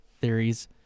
theories